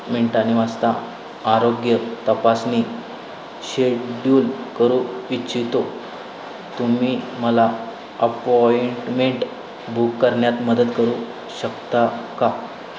मिनटांनी वाजता आरोग्य तपासणी शेड्युल करू इच्छितो तुम्ही मला अपॉइंटमेंट बुक करण्यात मदत करू शकता का